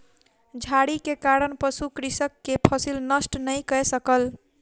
झाड़ी के कारण पशु कृषक के फसिल नष्ट नै कय सकल